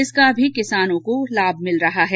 इसका भी किसानों को लाभ मिल रहा है